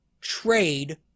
trade